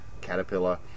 Caterpillar